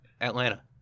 Atlanta